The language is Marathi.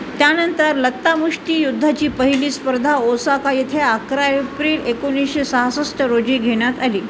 त्यानंतर लत्तामुष्टियुद्धाची पहिली स्पर्धा ओसाका येथे अकरा एप्रिल एकोणीसशे सहासष्ट रोजी घेण्यात आली